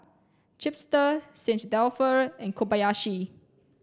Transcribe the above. Chipster Dalfour and Kobayashi